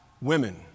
women